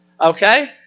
Okay